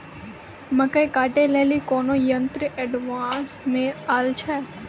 मकई कांटे ले ली कोनो यंत्र एडवांस मे अल छ?